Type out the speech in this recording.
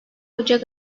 ocak